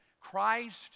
Christ